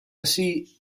así